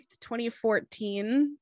2014